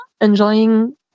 enjoying